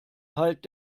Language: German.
halt